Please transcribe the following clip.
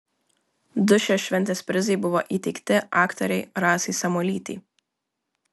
du šios šventės prizai buvo įteikti aktorei rasai samuolytei